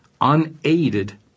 unaided